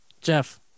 Jeff